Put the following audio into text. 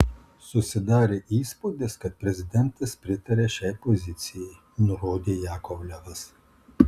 susidarė įspūdis kad prezidentas pritaria šiai pozicijai nurodė jakovlevas